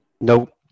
Nope